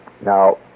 Now